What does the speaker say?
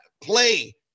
Play